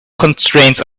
constraints